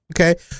Okay